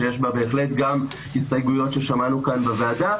שיש בה בהחלט גם הסתייגויות ששמענו כאן בוועדה.